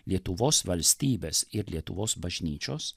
lietuvos valstybės ir lietuvos bažnyčios